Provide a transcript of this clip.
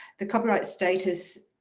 the copyright status